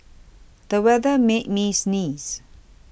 the weather made me sneeze